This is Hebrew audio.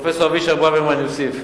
פרופסור אבישי ברוורמן יוסיף.